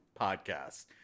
podcast